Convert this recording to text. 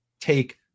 take